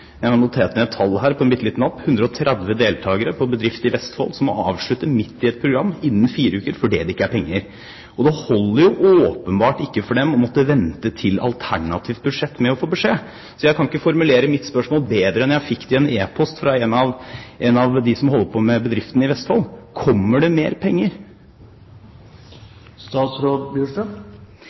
et tall her, på en liten lapp: 130 ved en bedrift i Vestfold må avslutte midt i et program, innen fire uker, fordi det ikke er penger. For dem holder det åpenbart ikke å måtte vente til et alternativt budsjett med å få beskjed. Så jeg kan ikke formulere mitt spørsmål bedre enn jeg fikk det i en e-post fra en av dem som holder til i denne bedriften i Vestfold: Kommer det mer penger?